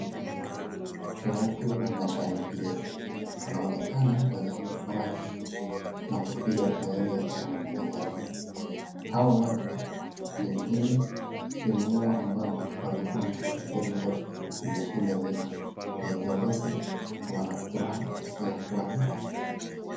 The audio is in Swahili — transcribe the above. Watu wanashangilia wanaonekana wenye kufurahi na kupiga mayowe na videremo. Hawa watu pengine timu yao ambao walikuwa wana support ndio imeshida mechi na ivyo basi wanafuraha isiyokuwa na.